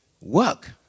Work